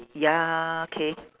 ya K